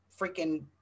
freaking